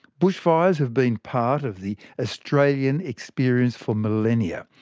bushfires have been part of the australian experience for millenia.